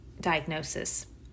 diagnosis